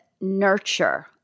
nurture